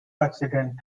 accident